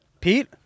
Pete